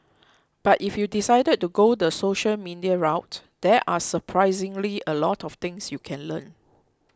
but if you decided to go the social media route there are surprisingly a lot of things you can learn